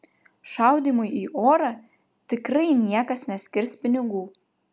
šaudymui į orą tikrai niekas neskirs pinigų